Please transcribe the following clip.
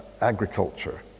agriculture